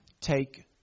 Take